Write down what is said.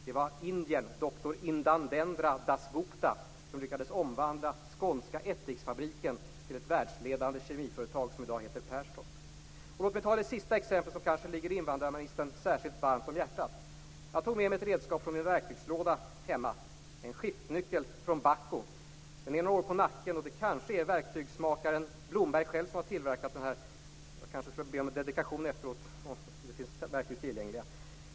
Det var indiern Dr Indandendra Das Gupta som lyckades omvandla skånska ättiksfabriken till ett världsledande kemiföretag som i dag heter Perstorp. Låt mig ta det sista exemplet, som kanske ligger invandrarministern särskilt varmt om hjärtat. Jag tog med mig ett redskap från min verktygslåda hemma. Det är en skiftnyckel från BAHCO med några år på nacken. Det kanske är verktygsmakaren Blomberg som själv har tillverkat den. Jag kanske skulle be om en dedikation efteråt.